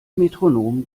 metronom